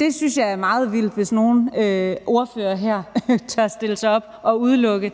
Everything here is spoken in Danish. jeg synes, det er meget vildt, hvis nogle ordførere tør stille sig op her og udelukke,